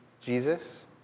Jesus